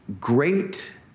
great